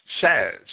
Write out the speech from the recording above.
says